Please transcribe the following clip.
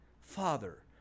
father